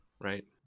right